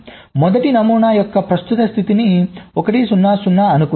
మొదటి నమూనా యొక్క ప్రస్తుత స్థితిని 1 0 0 అను కుందాము